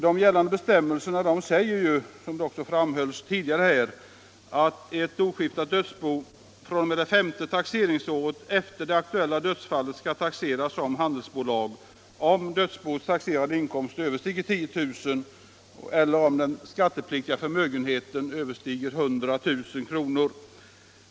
De gällande bestämmelserna innebär att ett oskiftat dödsbo fr.o.m. det femte taxeringsåret efter det aktuella dödsfallet skall taxeras som handelsbolag om dödsboets taxerade inkomst överstiger 10 000 kr. eller om den skattepliktiga förmögenheten överstiger 100 000 kr.